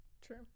True